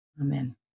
Amen